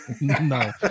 No